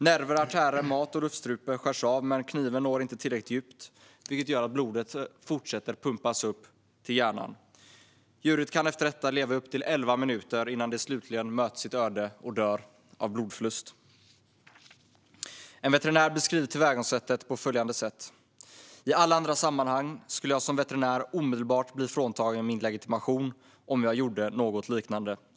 Nerver, artärer och mat och luftstrupe skärs av, men kniven når inte tillräckligt djupt, vilket gör att blodet fortsätter att pumpas upp till hjärnan. Djuret kan efter detta leva i upp till elva minuter innan det slutligen möter sitt öde och dör av blodförlust. En veterinär beskriver tillvägagångssättet på följande sätt: "I alla andra sammanhang skulle jag som veterinär omedelbart bli fråntagen min legitimation om jag gjorde något liknande."